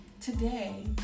today